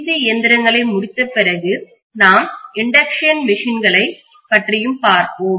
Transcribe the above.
C இயந்திரங்களை முடித்த பிறகு நாம் இண்டக்ஷன்தூண்டல் மெஷின்களைஇயந்திரங்களை பற்றியும் பார்ப்போம்